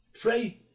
Pray